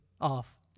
off